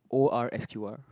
O R S Q R